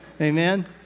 Amen